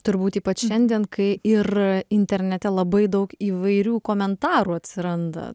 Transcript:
turbūt ypač šiandien kai ir internete labai daug įvairių komentarų atsiranda